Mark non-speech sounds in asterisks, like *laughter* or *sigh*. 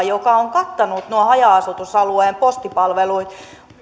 *unintelligible* joka on kattanut noiden haja asutusalueiden